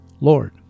Lord